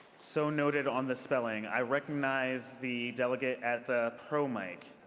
so noted on the spelling. i recognize the delegate at the pro mic.